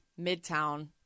Midtown